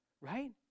Right